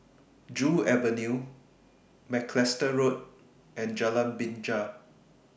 Joo Avenue Macalister Road and Jalan Binja